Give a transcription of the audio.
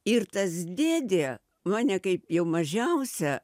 ir tas dėdė mane kaip jau mažiausią